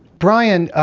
brian,